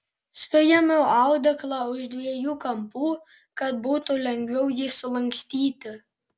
suėmiau audeklą už dviejų kampų kad būtų lengviau jį sulankstyti